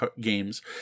games